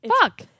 fuck